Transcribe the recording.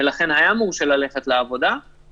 ולכולם יש פתרון שנובע מקריטריונים,